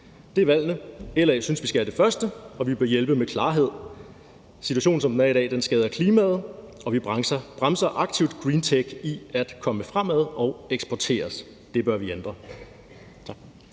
Det er valgene. LA synes, vi skal have det første, og vi bør hjælpe med klarhed. Som det er i dag, skader situationen klimaet, og vi bremser aktivt greentech i at komme fremad og kunne eksporteres. Det bør vi ændre.